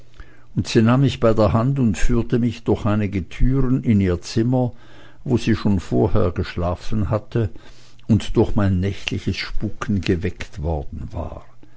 und sie nahm mich bei der hand und führte mich durch einige türen in ihr zimmer wo sie vorher schon geschlafen hatte und durch mein nächtliches spuken geweckt worden war